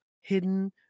hidden